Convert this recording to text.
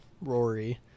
Rory